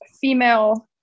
female